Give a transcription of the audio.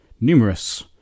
numerous